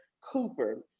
Cooper